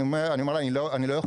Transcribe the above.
אני אומר לה: אני לא יכול,